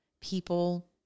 people